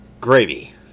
Gravy